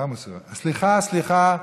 סליחה, סליחה,